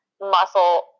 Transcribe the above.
muscle